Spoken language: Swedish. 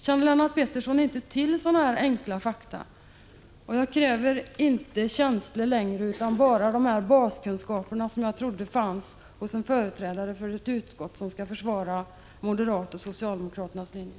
Känner Lennart Pettersson inte till dessa enkla fakta? Jag kräver inte längre känslor utan bara baskunskaper, som: jag trodde fanns hos företrädaren för utskottet som skall försvara moderaternas och socialdemokraternas linje.